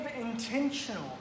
intentional